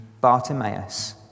Bartimaeus